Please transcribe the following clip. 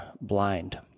blind